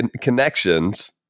Connections